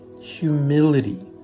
humility